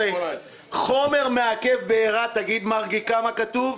חומר מעכב בעירה, תגיד מרגי כמה כתוב.